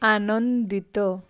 ଆନନ୍ଦିତ